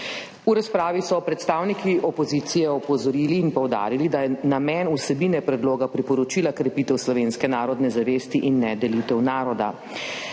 V razpravi so predstavniki opozicije opozorili in poudarili, da je namen vsebine predloga priporočila krepitev slovenske narodne zavesti, in ne delitev naroda.